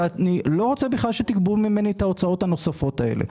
ואני לא רוצה שתגבו ממני את ההוצאות הנוספות האלה.